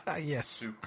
Yes